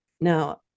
now